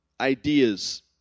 ideas